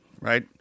Right